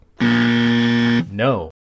No